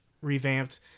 revamped